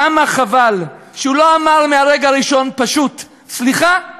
כמה חבל שהוא לא אמר מהרגע הראשון פשוט: סליחה,